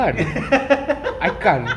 ha ha ha ha ha ha ha ha ha